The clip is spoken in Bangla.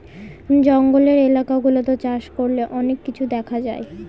জঙ্গলের এলাকা গুলাতে চাষ করলে অনেক কিছু দেখা যায়